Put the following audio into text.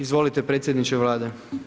Izvolite, predsjedniče Vlade.